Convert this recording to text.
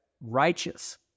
righteous